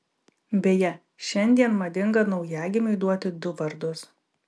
beje šiandien madinga naujagimiui duoti du vardus